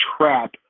trap